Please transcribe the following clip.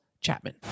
Chapman